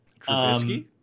Trubisky